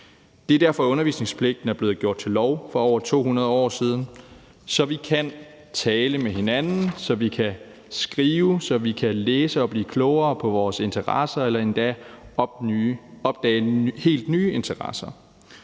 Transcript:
Det er derfor, at undervisningspligten blev gjort til lov for over 200 år siden. Det er, så vi kan tale med hinanden, så vi kan skrive, og så vi kan læse og blive klogere på vores interesser eller endda opdage helt nye interesser.